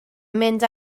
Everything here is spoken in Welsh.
mynd